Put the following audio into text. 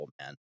man